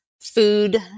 food